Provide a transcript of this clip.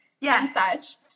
yes